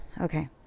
okay